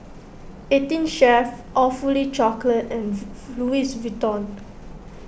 eighteen Chef Awfully Chocolate and Louis Vuitton